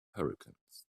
hurricanes